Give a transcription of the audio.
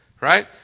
right